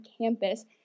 campus